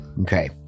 Okay